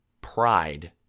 pride